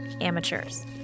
amateurs